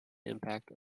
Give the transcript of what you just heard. impact